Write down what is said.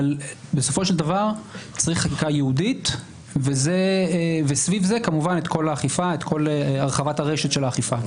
בסופו של דבר צריך חקיקה ייעודית וסביב זה כמובן את כל הרחבת של האכיפה,